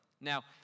Now